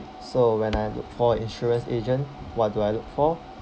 so when I look for insurance agent what do I look for